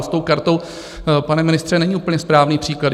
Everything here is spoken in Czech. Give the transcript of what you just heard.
S tou kartou, pane ministře, není úplně správný příklad.